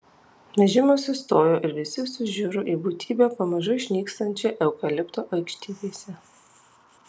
vežimas sustojo ir visi sužiuro į būtybę pamažu išnykstančią eukalipto aukštybėse